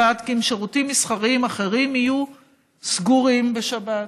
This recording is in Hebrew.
בנקים ושירותים מסחריים אחרים יהיו סגורים בשבת.